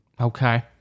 Okay